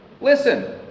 Listen